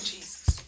Jesus